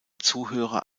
zuhörer